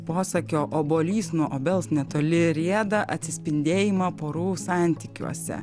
posakio obuolys nuo obels netoli rieda atsispindėjimą porų santykiuose